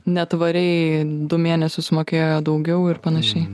netvariai du mėnesius sumokėjo daugiau ir panašiai